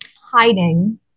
hiding